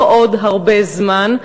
לא עוד הרבה זמן.